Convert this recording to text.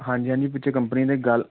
ਹਾਂਜੀ ਹਾਂਜੀ ਪਿੱਛੇ ਕੰਪਨੀ ਦੇ ਗੱਲ